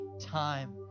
time